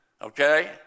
Okay